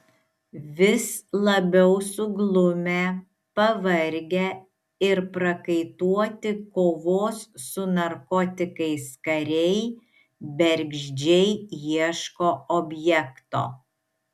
vis labiau suglumę pavargę ir prakaituoti kovos su narkotikais kariai bergždžiai ieško objekto